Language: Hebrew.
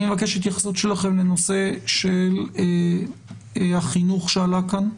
אני מבקש התייחסות שלכם לנושא של החינוך שעלה כאן.